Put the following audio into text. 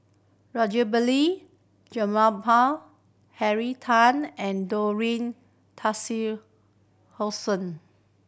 Rajabali Jumabhoy Henry Tan and